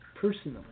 personally